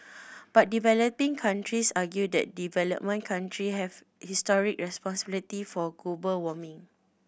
but developing countries argue that developed country have historic responsibility for global warming